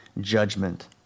judgment